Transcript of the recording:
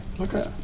Okay